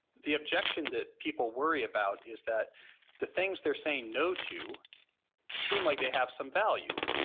the objection that people worry about is that the things they're saying no to seem like they have some value.